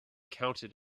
counted